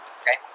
okay